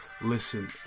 Listen